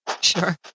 Sure